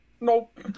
nope